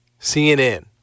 CNN